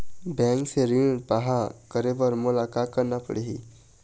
Bank से ऋण पाहां करे बर मोला का करना पड़ही?